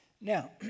Now